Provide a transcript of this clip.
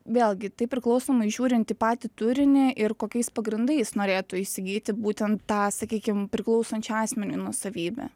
vėlgi tai priklausomai žiūrint į patį turinį ir kokiais pagrindais norėtų įsigyti būtent tą sakykim priklausančią asmeniui nuosavybę